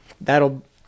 that'll